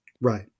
Right